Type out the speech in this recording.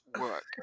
work